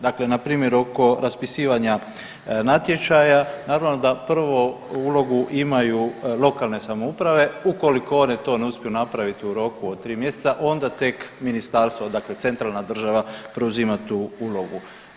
Dakle, npr. oko raspisivanja natječaja normalno da prvo ulogu imaju lokalne samouprave ukoliko one to ne uspiju napraviti u roku od 3 mjeseca onda tek ministarstvo dakle centralna država preuzima tu ulogu.